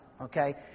okay